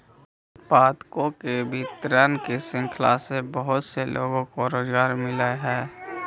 उत्पादों के वितरण की श्रृंखला से बहुत से लोगों को रोजगार मिलअ हई